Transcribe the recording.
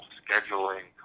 scheduling